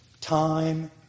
time